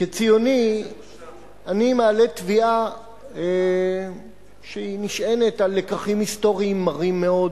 כציוני אני מעלה תביעה שנשענת על לקחים היסטוריים מרים מאוד,